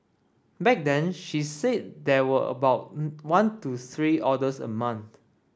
back then she said there were about one to three orders a month